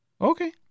Okay